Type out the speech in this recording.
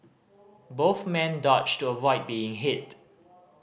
both men dodged to avoid being hit